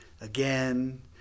again